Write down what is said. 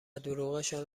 دروغشان